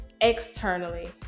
externally